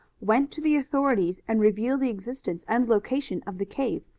went to the authorities and revealed the existence and location of the cave,